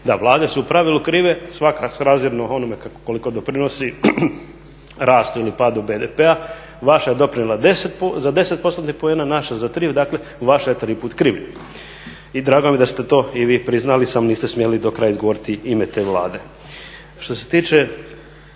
Da, vlade su u pravilu krive, svaka srazmjerno onome koliko doprinosi rastu ili padu BDP-a, vaša je doprinijela za 10 postotnih poena, naša za 3, dakle vaša je tri puta krivlja. I drago mi je da ste to i vi priznali, samo niste smjeli do kraja izgovoriti ime te Vlade. Što se tiče